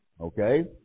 okay